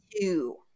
two